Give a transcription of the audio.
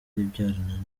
byananiranye